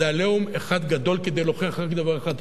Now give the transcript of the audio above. זה "עליהום" אחד גדול כדי להוכיח רק דבר אחד,